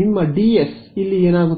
ನಿಮ್ಮ ಡಿಎಸ್ ಇಲ್ಲಿ ಏನಾಗುತ್ತದೆ